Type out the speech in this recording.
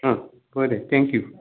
आ बरें थँक्यू